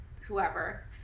whoever